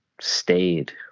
stayed